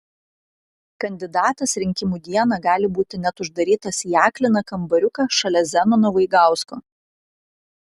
kandidatas rinkimų dieną gali būti net uždarytas į akliną kambariuką šalia zenono vaigausko